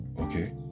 okay